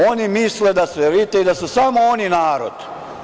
Oni misle da su elita i da su samo oni narod.